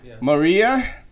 maria